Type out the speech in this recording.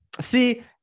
See